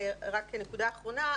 נקודה אחרונה,